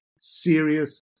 serious